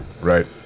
Right